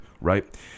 right